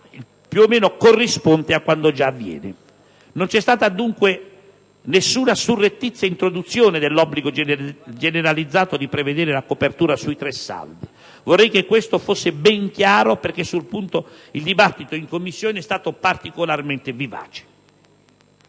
più o meno corrisponde a quanto già avviene. Non c'è stata dunque nessuna surrettizia introduzione dell'obbligo generalizzato di prevedere la copertura sui tre saldi: vorrei che questo fosse ben chiaro, perché sul punto il dibattito in Commissione è stato particolarmente vivace.